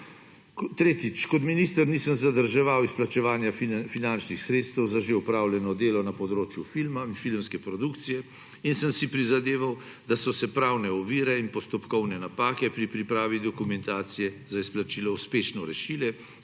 Kot minister nisem zadrževal izplačevanja finančnih sredstev za že opravljeno delo na področju filma in filmske produkcije in sem si prizadeval, da so se pravne ovire in postopkovne napake pri pripravi dokumentacije za izplačilo uspešno rešile